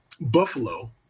Buffalo